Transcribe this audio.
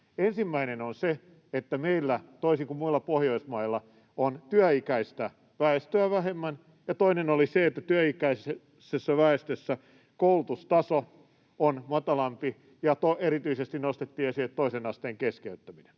Ensimmäinen on se, että meillä, toisin kuin muilla Pohjoismailla, on työikäistä väestöä vähemmän, ja toinen oli se, että työikäisessä väestössä koulutustaso on matalampi, ja erityisesti nostettiin esille toisen asteen keskeyttäminen.